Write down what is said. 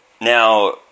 now